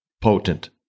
potent